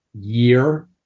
year